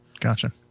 Gotcha